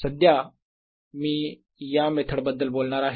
सध्या मी या मेथड बद्दल बोलणार आहे